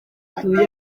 gusura